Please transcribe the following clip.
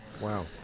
Wow